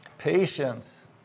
Patience